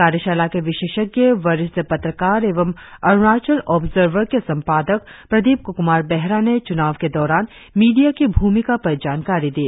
कार्यशाला के विशेषज्ञ वरिष्ठ पत्रकार एवं अरुणाचल ऑबसर्वर के संपादक प्रदीप कुमार बेहरा ने चुनाव के दौरान मीडिया की भूमिका पर जानकारी दी